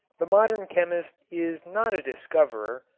the modern chemist is not a discoverer,